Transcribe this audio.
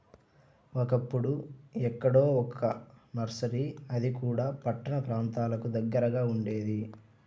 ఒకప్పుడు ఎక్కడో ఒక్క నర్సరీ అది కూడా పట్టణ ప్రాంతాలకు దగ్గరగా ఉండేది